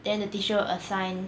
then the teacher assign